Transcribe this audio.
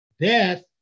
death